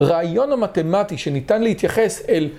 רעיון המתמטי שניתן להתייחס אל...